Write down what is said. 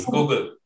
Google